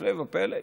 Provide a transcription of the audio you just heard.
הפלא ופלא,